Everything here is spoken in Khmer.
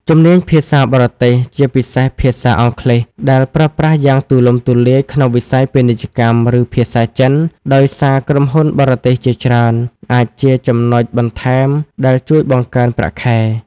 ជំនាញភាសាបរទេស ជាពិសេសភាសាអង់គ្លេស ដែលប្រើប្រាស់យ៉ាងទូលំទូលាយក្នុងវិស័យពាណិជ្ជកម្ម ឬភាសាចិន ដោយសារក្រុមហ៊ុនបរទេសជាច្រើន អាចជាចំណុចបន្ថែមដែលជួយបង្កើនប្រាក់ខែ។